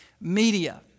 media